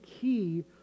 key